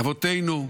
אבותינו,